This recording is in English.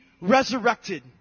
resurrected